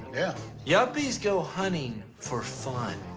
yeah. yuppies go hunting for fun.